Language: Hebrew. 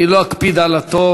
אני לא אקפיד על התור.